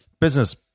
business